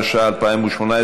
התשע"ח 2018,